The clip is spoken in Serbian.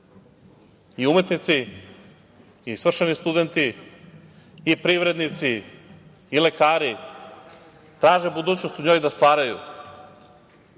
i umetnici i svršeni studenti i privrednici i lekari. Traže budućnost u njoj da stvaraju,